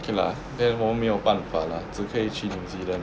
okay lah then 我们没有办法啦只可以去 new zealand